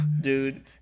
Dude